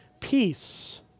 peace